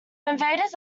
invaders